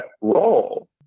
role